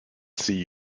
see